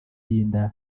y’inda